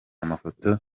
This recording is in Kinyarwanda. amafoto